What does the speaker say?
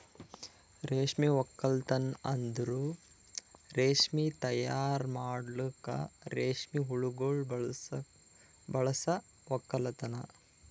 ರೇಷ್ಮೆ ಒಕ್ಕಲ್ತನ್ ಅಂದುರ್ ರೇಷ್ಮೆ ತೈಯಾರ್ ಮಾಡಲುಕ್ ರೇಷ್ಮೆ ಹುಳಗೊಳ್ ಬಳಸ ಒಕ್ಕಲತನ